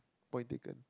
point taken